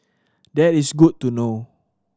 that is good to know